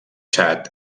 txad